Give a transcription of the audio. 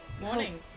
Morning